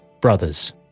brothers